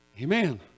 amen